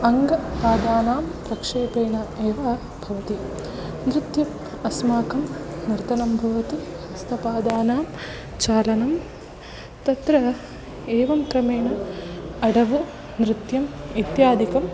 अङ्गपादानां प्रक्षेपेण एव भवति नृत्यम् अस्माकं नर्तनं भवति हस्तपादानां चालनं तत्र एवं क्रमेण अडव नृत्यम् इत्यादिकम्